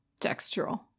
textural